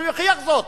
שיוכיח זאת,